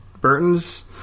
Burton's